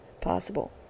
possible